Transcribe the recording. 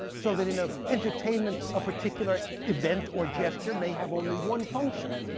so that in a entertainment, a particular event or gesture may have only one function.